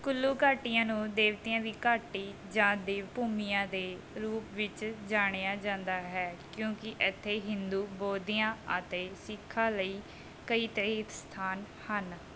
ਕੁੱਲੂ ਘਾਟੀ ਨੂੰ ਦੇਵਤਿਆਂ ਦੀ ਘਾਟੀ ਜਾਂ ਦੇਵ ਭੂਮੀ ਦੇ ਰੂਪ ਵਿੱਚ ਜਾਣਿਆ ਜਾਂਦਾ ਹੈ ਕਿਉਂਕਿ ਇੱਥੇ ਹਿੰਦੂਆਂ ਬੋਧੀਆਂ ਅਤੇ ਸਿੱਖਾਂ ਲਈ ਕਈ ਤੀਰਥ ਸਥਾਨ ਹਨ